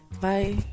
bye